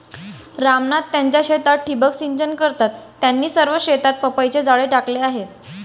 राम नाथ त्यांच्या शेतात ठिबक सिंचन करतात, त्यांनी सर्व शेतात पाईपचे जाळे टाकले आहे